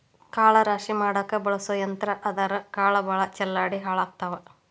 ಕಾಳ ರಾಶಿ ಮಾಡಾಕ ಬಳಸು ಯಂತ್ರಾ ಆದರಾ ಕಾಳ ಭಾಳ ಚಲ್ಲಾಡಿ ಹಾಳಕ್ಕಾವ